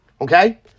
Okay